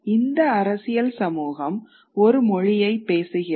இந்த அரசியல் சமூகம் ஒரு மொழியைப் பேசுகிறது